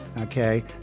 okay